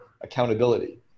accountability